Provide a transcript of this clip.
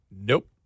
Nope